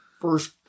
first